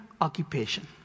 occupation